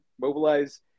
mobilize